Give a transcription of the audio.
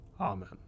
Amen